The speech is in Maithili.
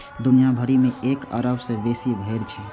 दुनिया भरि मे एक अरब सं बेसी भेड़ छै